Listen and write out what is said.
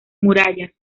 murallas